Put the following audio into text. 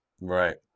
Right